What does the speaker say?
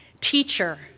teacher